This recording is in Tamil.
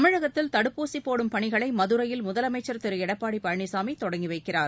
தமிழகத்தில் தடுப்பூசி போடும் பணிகளை மதுரையில் முதலமைச்ச் திரு எடப்பாடி பழனிச்சாமி தொடங்கிவைக்கிறார்